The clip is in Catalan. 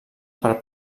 per